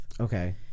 Okay